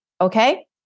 Okay